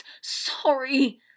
Sorry